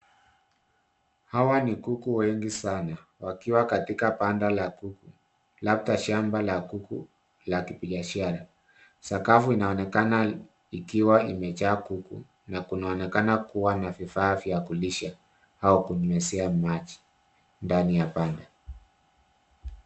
Hawa ni kuku wengi sana, wakiwa katika banda la kuku, labda shamba la kuku, la kibiashara. Sakafu inaonekana ikiwa imejaa kuku, na kunaonekana kuwa na vifaa vya kulisha au kunyweshea maji, ndani ya banda.